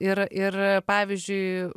ir ir pavyzdžiui